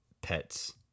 pets